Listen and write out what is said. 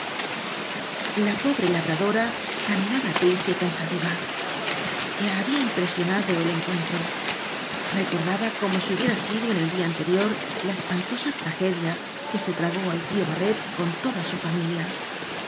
la pobre labradora caminaba triste y pen sativa la había impresionado el encuen tro recordaba como si hubiera sido en el día anterior la espantosa tragedia que se tragó al tío barret con toda su familia